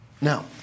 Now